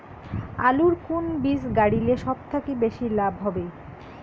আলুর কুন বীজ গারিলে সব থাকি বেশি লাভ হবে?